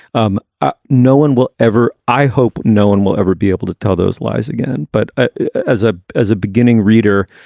um ah no one will ever i hope no one will ever be able to tell those lies again. but ah as a as a beginning reader,